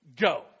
Go